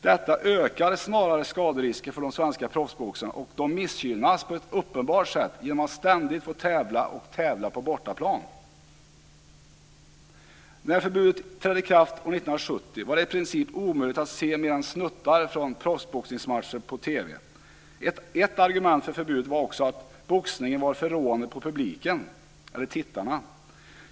Detta ökar snarare skaderisken för de svenska proffsboxarna, och de missgynnas på ett uppenbart sätt genom att de ständigt får tävla på bortaplan. När förbudet trädde i kraft år 1970 var det i princip omöjligt att se mer än snuttar från proffsboxningsmatcher på TV. Ett argument för förbudet var att boxningen hade en förråande inverkan på publiken eller tittarna.